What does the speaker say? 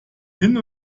hin